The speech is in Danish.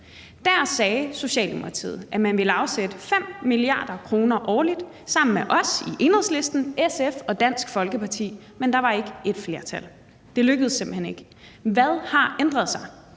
Der sagde Socialdemokratiet, at man ville afsætte 5 mia. kr. årligt sammen med os i Enhedslisten, SF og Dansk Folkeparti, men der var ikke et flertal; det lykkedes simpelt hen ikke. Hvad har ændret sig?